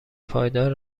پایدار